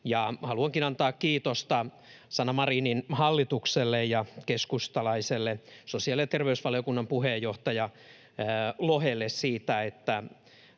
Haluankin antaa kiitosta Sanna Marinin hallitukselle ja keskustalaiselle sosiaali- ja terveysvaliokunnan puheenjohtaja Lohelle siitä, että